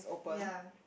ya